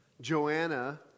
Joanna